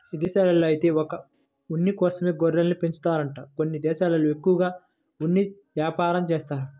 ఇదేశాల్లో ఐతే ఒక్క ఉన్ని కోసమే గొర్రెల్ని పెంచుతారంట కొన్ని దేశాల్లో ఎక్కువగా ఉన్ని యాపారం జేత్తారు